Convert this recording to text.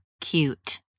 cute